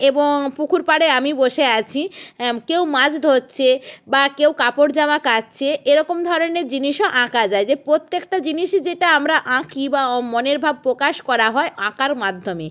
এবং পুকুর পাড়ে আমি বসে আছি কেউ মাছ ধরছে বা কেউ কাপড় জামা কাচছে এরকম ধরনের জিনিসও আঁকা যায় যে প্রত্যেকটা জিনিসই যেটা আমরা আঁকি বা অ মনের ভাব প্রকাশ করা হয় আঁকার মাধ্যমে